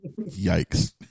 Yikes